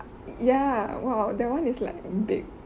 ya !wow! that one is like big